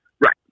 Right